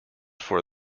for